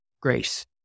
Grace